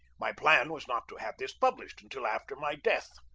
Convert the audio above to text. my plan was not to have this published until after my death.